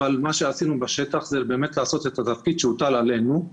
אבל מה שעשינו בשטח הוא באמת לעשות את התפקיד שהוטל עלינו,